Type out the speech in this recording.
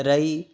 राई